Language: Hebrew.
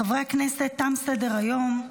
חברי הכנסת, תם סדר-היום.